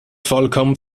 vollkommen